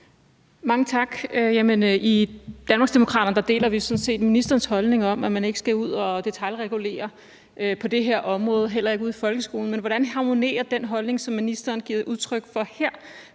Mange tak. I Danmarksdemokraterne deler vi sådan set ministerens holdning om, at man ikke skal ud at detailregulere på det her område, heller ikke ude i folkeskolen. Men hvordan harmonerer den holdning, som ministeren giver udtryk for her,